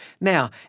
Now